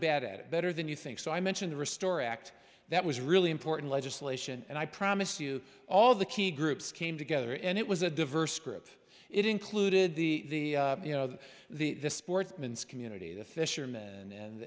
bad at it better than you think so i mention the restore act that was really important legislation and i promise you all the key groups came together and it was a diverse group it included the you know of the sportsman's community the fishermen and